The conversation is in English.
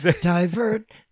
Divert